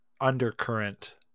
undercurrent